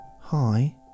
Hi